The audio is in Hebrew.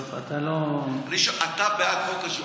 טוב, אתה לא, אתה בעד חוק השבות?